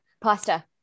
Pasta